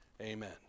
Amen